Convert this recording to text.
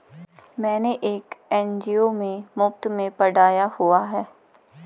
मैंने एक एन.जी.ओ में मुफ़्त में पढ़ाया हुआ है